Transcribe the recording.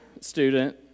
student